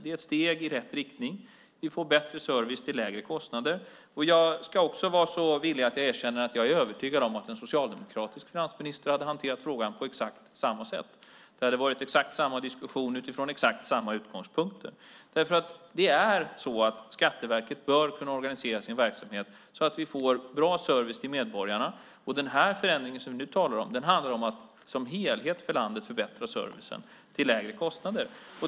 Det är ett steg i rätt riktning. Vi får en bättre service till lägre kostnader. Jag ska också villigt erkänna att jag är övertygad om att en socialdemokratisk finansminister hade hanterat frågan på exakt samma sätt. Det skulle ha varit exakt samma diskussion från exakt samma utgångspunkter, för Skatteverket bör kunna organisera sin verksamhet så att vi får en bra service till medborgarna. Den förändring som vi nu talar om handlar om att förbättra servicen för landet som helhet, till lägre kostnader.